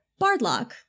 Bardlock